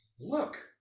look